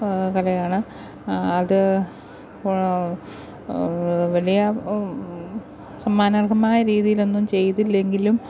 കലയാണ് അത് വലിയ സമ്മാനാർഹമായ രീതിയിലൊന്നും ചെയ്തില്ലെങ്കിലും